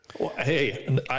Hey